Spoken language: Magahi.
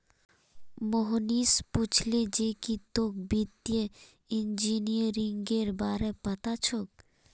मोहनीश पूछले जे की तोक वित्तीय इंजीनियरिंगेर बार पता छोक